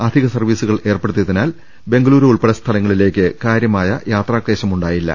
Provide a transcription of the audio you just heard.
അധിക സർവ്വീസുകൾ ഏർപ്പെടുത്തിയതിനാൽ ബെംഗളൂരു ഉൾപ്പെടെ സ്ഥലങ്ങളിലേക്ക് കാര്യ മായ യാത്രാക്ലേശമുണ്ടായില്ല